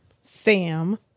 Sam